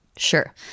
Sure